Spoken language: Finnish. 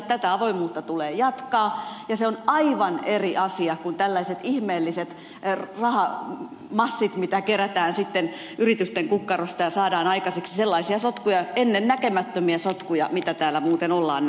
tätä avoimuutta tulee jatkaa ja se on aivan eri asia kuin tällaiset ihmeelliset rahamassit mitä kerätään sitten yritysten kukkarosta ja saadaan aikaiseksi sellaisia sotkuja ennennäkemättömiä sotkuja mitä täällä muuten on nähty